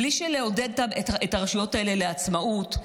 בלי לעודד את הרשויות האלה לעצמאות,